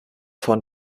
von